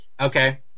Okay